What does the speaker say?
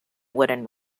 wooden